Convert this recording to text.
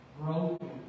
broken